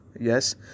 yes